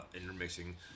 intermixing